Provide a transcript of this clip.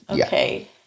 Okay